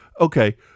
okay